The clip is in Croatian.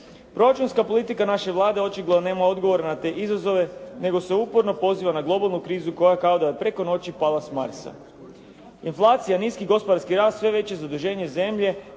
Proračunska politika naše Vlade očigledno nema odgovor na te izazove nego se uporno poziva na globalnu krizu koja kao da je preko noći pala s marsa. Inflacija i niski gospodarski rast, sve veće zaduženje zemlje,